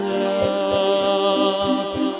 love